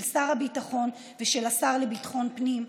של שר הביטחון ושל השר לביטחון הפנים.